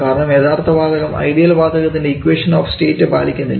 കാരണം യഥാർത്ഥ വാതകം ഐഡിയൽ വാതകത്തിൻറെ ഇക്വേഷൻ ഓഫ് സ്റ്റേറ്റ് പാലിക്കുന്നില്ല